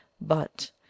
but—